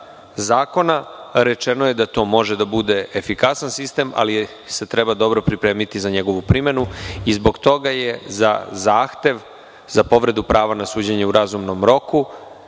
zakona. Rečeno je da to može da bude efikasan sistem, ali se treba dobro pripremiti za njegovu primenu. Zbog toga je za zahtev za povredu prava na suđenje u razumnom roku